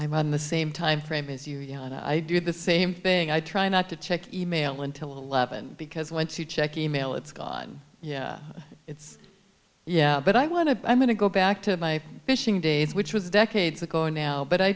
i'm on the same timeframe as you know i do the same thing i try not to check e mail until eleven because when to check e mail it's gone yeah yeah but i want to i'm going to go back to my fishing days which was decades ago now but i